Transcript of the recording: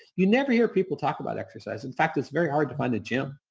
you never hear people talk about exercise. in fact, it's very hard to find a gym.